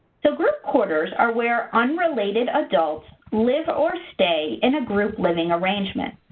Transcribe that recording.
so group quarters are where unrelated adults live or stay in a group living arrangement.